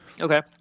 Okay